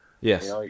Yes